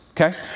okay